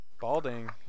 balding